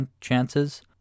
chances